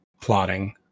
plotting